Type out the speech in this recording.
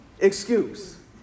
excuse